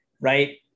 right